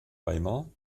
weimar